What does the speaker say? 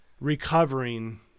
recovering